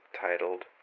titled